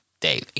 daily